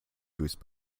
goose